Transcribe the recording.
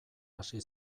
hasi